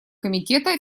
комитета